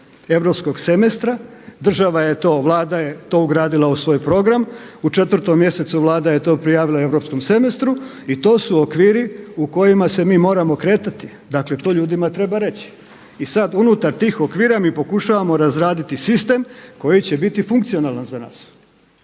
europskog semestra, država je to, Vlada je to ugradila u svoj program, u 4. mjesecu Vlada je to prijavila europskom semestru i to su okviri u kojima se mi moramo kretati, dakle to ljudima treba reći. I sad unutar tih okvira mi pokušavamo razraditi sistem koji će biti funkcionalan za nas